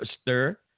stir